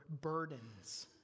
burdens